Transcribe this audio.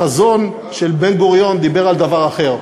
החזון של בן-גוריון דיבר על דבר אחר.